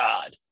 God